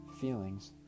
feelings